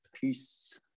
peace